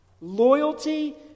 Loyalty